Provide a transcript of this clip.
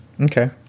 Okay